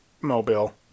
mobile